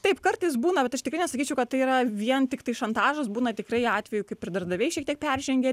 taip kartais būna bet aš tikrai nesakyčiau kad tai yra vien tiktai šantažas būna tikrai atvejų kaip ir darbdaviai šiek tiek peržengė